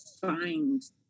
find